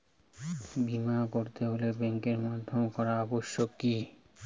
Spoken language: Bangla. বিমা করাতে হলে ব্যাঙ্কের মাধ্যমে করা আবশ্যিক কি?